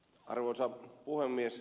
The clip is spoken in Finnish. arvoisa puhemies